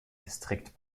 distrikt